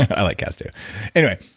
i like cats too anyway,